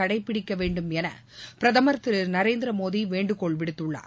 கடைபிடிக்க வேண்டும் என பிரதமர் திரு நரேந்திர மோடி வேண்டுகோள் விடுத்துள்ளார்